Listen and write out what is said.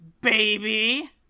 baby